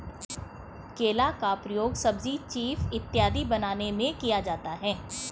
केला का प्रयोग सब्जी चीफ इत्यादि बनाने में किया जाता है